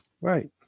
right